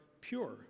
pure